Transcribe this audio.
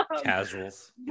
Casuals